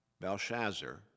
Belshazzar